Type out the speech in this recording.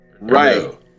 Right